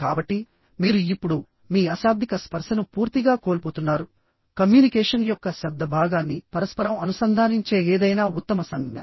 కాబట్టి మీరు ఇప్పుడు మీ అశాబ్దిక స్పర్శను పూర్తిగా కోల్పోతున్నారు కమ్యూనికేషన్ యొక్క శబ్ద భాగాన్ని పరస్పరం అనుసంధానించే ఏదైనా ఉత్తమ సంజ్ఞ